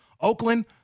Oakland